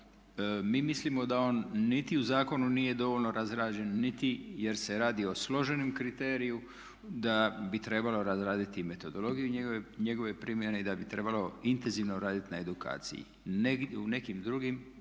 Mi mislimo da on niti u zakonu nije dovoljno razrađen, niti jer se radi o složenim kriteriju, da bi trebalo razraditi i metodologiju njegove primjene i da bi trebalo intenzivno raditi na edukaciji. U nekim drugim